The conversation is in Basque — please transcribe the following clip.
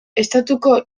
estatuko